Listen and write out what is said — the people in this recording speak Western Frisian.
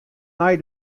nei